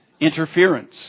interference